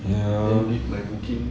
ya